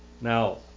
Now